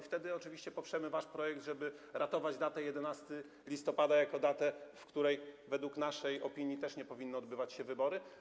Wtedy oczywiście poprzemy wasz projekt, żeby ratować datę 11 listopada jako datę, w której według naszej opinii też nie powinny odbywać się wybory.